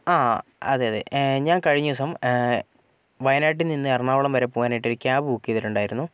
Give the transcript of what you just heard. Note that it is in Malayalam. ആ അതെയതെ ഞാൻ കഴിഞ്ഞ ദിവസം വയനാട്ടിൽ നിന്ന് എറണാകുളം വരെ പോകാനായിട്ട് ഒരു ക്യാബ് ബുക്ക് ചെയ്തിട്ടുണ്ടായിരുന്നു